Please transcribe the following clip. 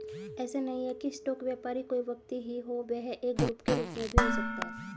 ऐसा नहीं है की स्टॉक व्यापारी कोई व्यक्ति ही हो वह एक ग्रुप के रूप में भी हो सकता है